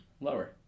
Lower